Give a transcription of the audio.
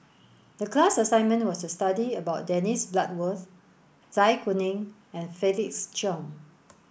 the class assignment was to study about Dennis Bloodworth Zai Kuning and Felix Cheong